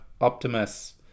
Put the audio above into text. optimus